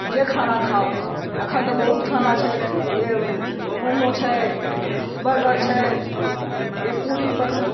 जे खाना खाऊ अखन तऽ बहुत खाना छै मोमो छै बर्गर छै पूरी पकवान